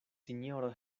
sinjoro